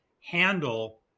handle